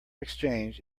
exchange